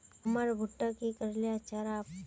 हमर भुट्टा की करले अच्छा राब?